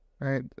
right